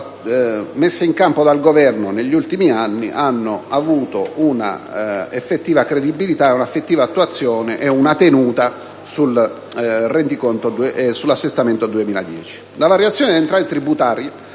messe in campo dal Governo negli ultimi anni abbiano avuto un'effettiva credibilità ed attuazione, ed evidenzia una tenuta sull'assestamento 2010. La variazione delle entrate tributarie